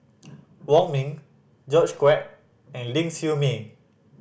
Wong Ming George Quek and Ling Siew May